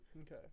Okay